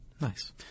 Nice